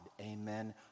Amen